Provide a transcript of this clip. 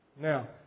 Now